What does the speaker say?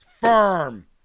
firm